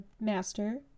master